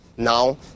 Now